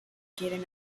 quieren